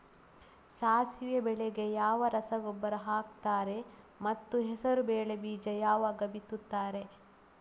ಸಾಸಿವೆ ಬೆಳೆಗೆ ಯಾವ ರಸಗೊಬ್ಬರ ಹಾಕ್ತಾರೆ ಮತ್ತು ಹೆಸರುಬೇಳೆ ಬೀಜ ಯಾವಾಗ ಬಿತ್ತುತ್ತಾರೆ?